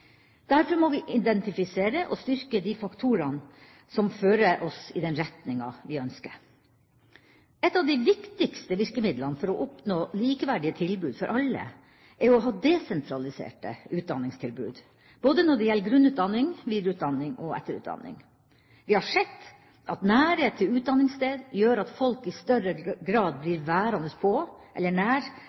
Derfor må vi identifisere og styrke de faktorene som fører oss i den retninga vi ønsker. Et av de viktigste virkemidlene for å oppnå likeverdige tilbud for alle er å få desentraliserte utdanningstilbud, både når det gjelder grunnutdanning, videreutdanning og etterutdanning. Vi har sett at nærhet til utdanningssted gjør at folk i større grad blir værende på, eller nær,